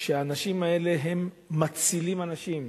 האנשים האלה מצילים אנשים.